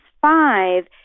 five